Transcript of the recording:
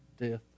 Death